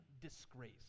disgrace